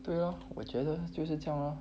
对咯我觉得就是这样咯